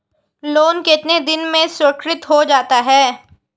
Loan कितने दिन में स्वीकृत हो जाता है?